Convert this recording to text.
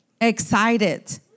excited